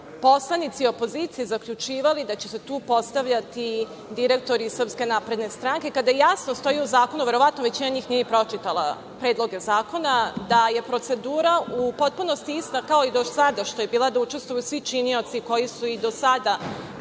poslanici opozicije zaključivali da će se tu postavljati direktori SNS, kada jasno stoji u zakonu, verovatno većina njih nije ni pročitala predloge zakona, da je procedura u potpunosti ista kao i do sada da je bila, da učestvuju svi činioci koji su i do sada